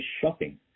shopping